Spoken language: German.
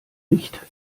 nicht